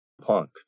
punk